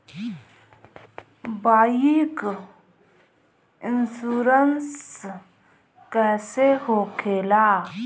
Bike insurance कैसे होखे ला?